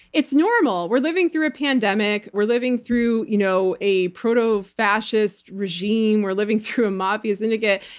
it's normal! we're living through a pandemic, we're living through you know a proto-fascist regime, we're living through a mafia syndicate.